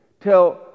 till